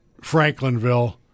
Franklinville